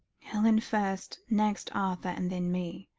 helen first, next arthur, and then me.